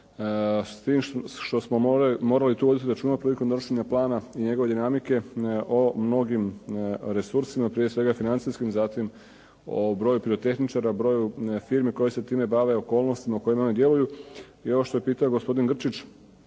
s tim što smo morali tu voditi računa prilikom donošenja plana i njegove dinamike o mnogim resursima, prije svega financijskim, zatim o broju pirotehničara, broju firmi koje se time bave, okolnostima u kojima one djeluju. I ono što je pitao gospodin Grčić